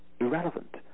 irrelevant